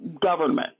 government